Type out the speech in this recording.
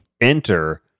Enter